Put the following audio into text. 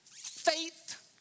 Faith